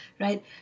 right